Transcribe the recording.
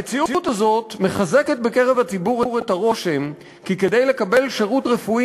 המציאות הזאת מחזקת בקרב הציבור את הרושם שכדי לקבל שירות רפואי